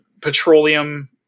Petroleum